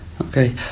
Okay